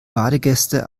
badegäste